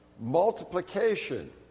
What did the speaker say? Multiplication